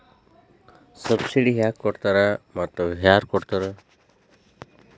Subsidy ಯಾಕೆ ಕೊಡ್ತಾರ ಮತ್ತು ಯಾರ್ ಕೊಡ್ತಾರ್?